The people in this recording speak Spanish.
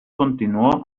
continuó